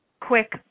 quick